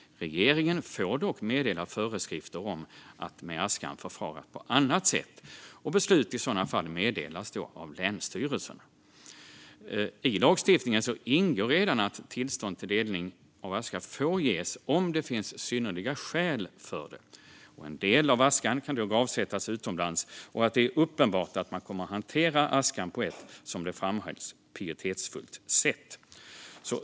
Regeringen får dock meddela föreskrifter om möjlighet att med askan förfara på annat sätt, och beslut i sådana fall meddelas av länsstyrelsen. I lagstiftningen ingår redan att tillstånd för delning av aska får ges om det finns synnerliga skäl för det, till exempel om en del av askan ska gravsättas utomlands, och om det är uppenbart att askan - detta framhålls - kommer att hanteras på ett pietetsfullt sätt.